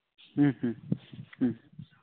ᱦᱮᱸ ᱦᱮᱸ